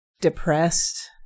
depressed